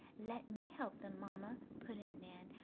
let me help them, mamma, put in nan.